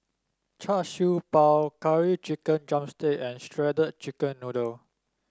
Char Siew Bao Curry Chicken drumstick and shredded chicken noodle